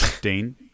Dane